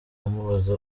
amubaza